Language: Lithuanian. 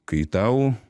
kai tau